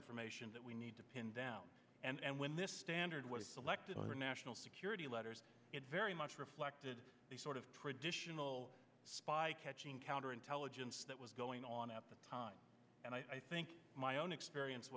information that we need to pin down and when this standard was selected our national security letters it very much reflected the sort of traditional spy catching counterintelligence that was going on at the time and i think my own experience